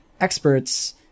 experts